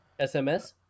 SMS